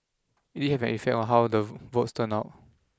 it did have an effect on how the votes turned out